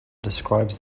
describes